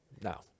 No